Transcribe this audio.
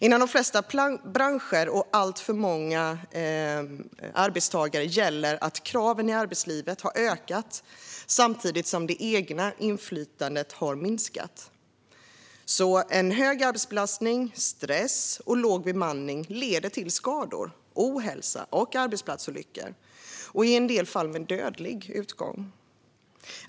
Inom de flesta branscher och för alltför många arbetstagare gäller att kraven i arbetslivet har ökat samtidigt som det egna inflytandet har minskat. Hög arbetsbelastning, stress och låg bemanning leder till skador, ohälsa och arbetsplatsolyckor, i en del fall med dödlig utgång.